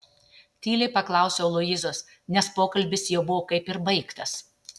tyliai paklausiau luizos nes pokalbis jau buvo kaip ir baigtas